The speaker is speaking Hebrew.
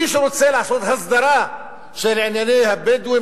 מי שרוצה לעשות הסדרה של ענייני הבדואים,